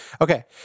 Okay